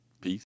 Peace